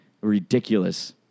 ridiculous